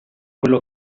quello